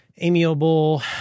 amiable